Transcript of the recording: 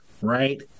right